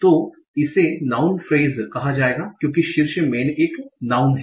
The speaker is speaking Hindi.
तो इसे नाऊन फ्रेस कहा जाएगा क्योंकि शीर्ष मैन एक नाउँन है